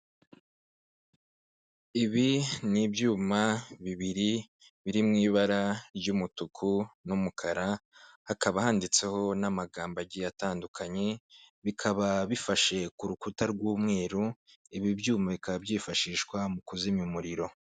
Ibi ni ibyuma bibiri biri mu ibara ry'umutuku n'umukara, hakaba handitseho n'amagambo agiye atandukanye bikaba bifashe ku rukuta rw'umweru, ibi byuma bikaba byifashishwa mu kuzimya umuriro.